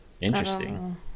Interesting